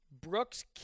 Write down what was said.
Brooks